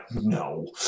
No